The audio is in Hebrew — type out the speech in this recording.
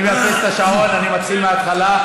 אני מאפס את השעון, אני מתחיל מההתחלה.